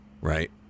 right